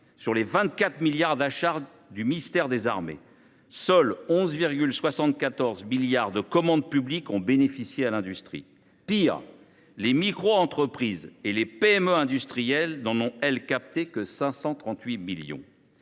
sur les 24 milliards d’euros d’achats du ministère des armées, seuls 11,74 milliards d’euros de commandes publiques aient bénéficié à notre industrie. Pire, les microentreprises et les PME industrielles n’ont capté que 538 millions